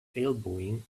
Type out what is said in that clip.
elbowing